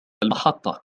المحطة